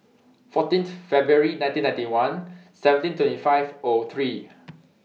fourteen Feb nineteen ninety one seventeen twenty five O three